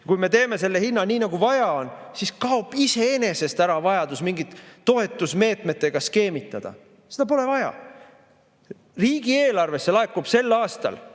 Kui me teeme selle hinna nii, nagu vaja on, siis kaob iseenesest ära vajadus mingite toetusmeetmetega skeemitada. Seda pole vaja. Riigieelarvesse laekub sel aastal